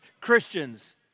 Christians